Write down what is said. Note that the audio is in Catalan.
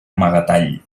amagatall